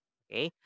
okay